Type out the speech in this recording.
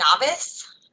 novice